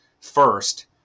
first